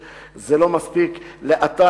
התחבורה הציבורית ובדרכי המילוט והתשתיות לציבור